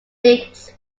leagues